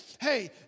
hey